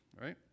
right